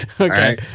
Okay